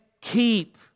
keep